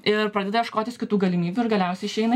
ir pradeda ieškotis kitų galimybių ir galiausiai išeina